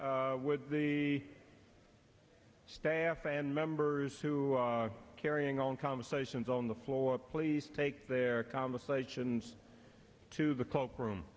with the staff and members who are carrying on conversations on the floor please take their conversations to the cloakroom